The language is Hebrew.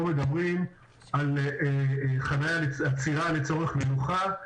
פה מדברים על עצירה לצורך מנוחה.